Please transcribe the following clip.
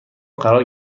قرار